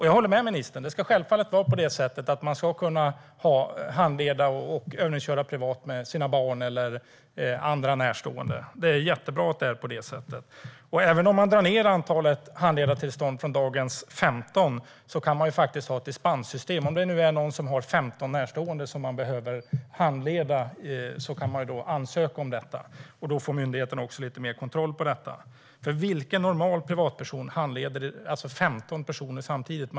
Jag håller med ministern om att man självfallet ska kunna handleda och övningsköra privat med sina barn eller andra närstående - det är jättebra att det är på det sättet. Även om antalet privata handledartillstånd minskas från dagens 15 går det faktiskt att ha ett dispenssystem. Om det nu är någon som har 15 närstående som man behöver handleda kan man ansöka om detta. Då får myndigheterna också lite mer kontroll på detta, för vilken normal privatperson handleder 15 personer samtidigt?